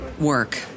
work